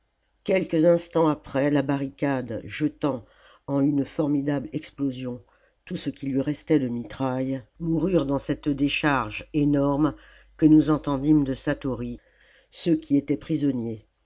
quelques instants après la barricade jetant en une formidable explosion tout ce qui lui restait de mitraille mourut dans cette décharge énorme que nous entendîmes de satory ceux qui étaient prisonniers